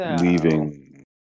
leaving